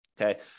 Okay